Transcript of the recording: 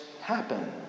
happen